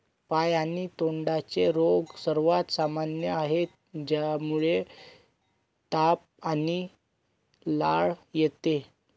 पाय आणि तोंडाचे रोग सर्वात सामान्य आहेत, ज्यामुळे ताप आणि लाळ येते